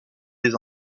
des